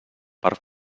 per